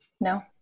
No